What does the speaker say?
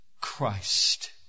Christ